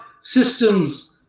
systems